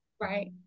Right